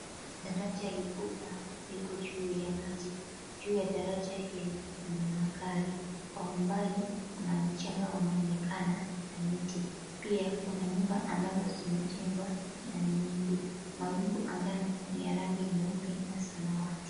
Daraja likubwa liko juu ya maji. Juu ya daraja hilo kuna magari. Kwa umbali kuna mchanga unaonekana na miti, pia kuna nyumba ambazo zimejengwa na ni nyingi. Mawingu angani ya rangi nyeupe na samawati.